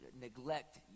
neglect